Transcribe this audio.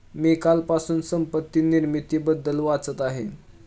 मी कालपासून संपत्ती निर्मितीबद्दल वाचत आहे